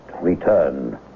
return